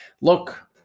look